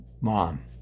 Mom